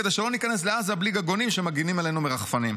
כדי שלא ניכנס לעזה בלי גגונים שמגינים עלינו מרחפנים.